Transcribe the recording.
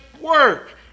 work